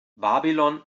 babylon